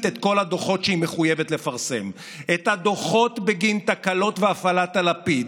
את כל הדוחות שהיא מחויבת לפרסם: את הדוחות בגין תקלות בהפעלת הלפיד,